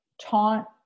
taunt